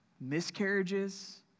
miscarriages